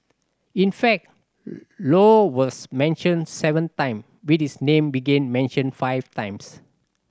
in fact Low was mentioned seven time with his name begin mentioned five times